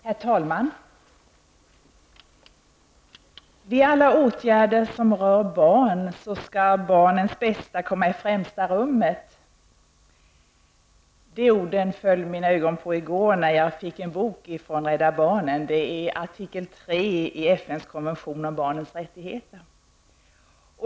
Herr talman! ''Vid alla åtgärder som rör barn skall barnens bästa komma i främsta rummet.'' De orden kom framför mina ögon i går när jag fick se en bok av Rädda barnen. Det är artikel 3 i FNs konvention om barnets rättigheter.